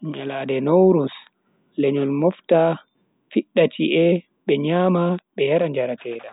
Nyalande nowruz, lenyol mofta fidda chi'e, be nyama be yara njaratedam.